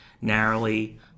narrowly